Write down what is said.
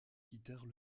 quittèrent